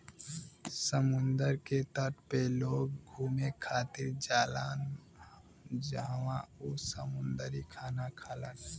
समुंदर के तट पे लोग घुमे खातिर जालान जहवाँ उ समुंदरी खाना खालन